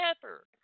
pepper